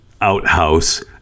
outhouse